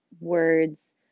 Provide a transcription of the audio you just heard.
words